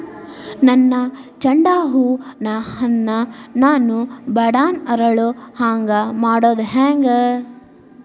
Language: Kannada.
ನನ್ನ ಚಂಡ ಹೂ ಅನ್ನ ನಾನು ಬಡಾನ್ ಅರಳು ಹಾಂಗ ಮಾಡೋದು ಹ್ಯಾಂಗ್?